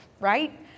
right